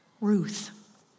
Ruth